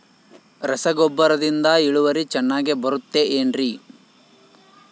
ರಸಗೊಬ್ಬರದಿಂದ ಇಳುವರಿ ಚೆನ್ನಾಗಿ ಬರುತ್ತೆ ಏನ್ರಿ?